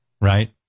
right